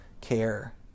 care